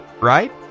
right